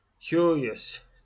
Curious